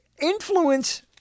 influence